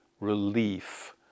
relief